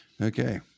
Okay